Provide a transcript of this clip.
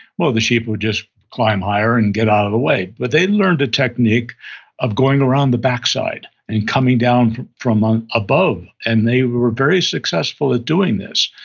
well the sheep would just climb higher and get out of the way. but they learned a technique of going around the backside and coming down from from um above, and they were very successful at doing this.